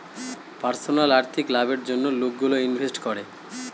personal আর্থিক লাভের জন্য লোকগুলো ইনভেস্ট করে